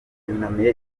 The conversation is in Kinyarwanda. yunamiye